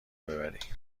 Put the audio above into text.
ببری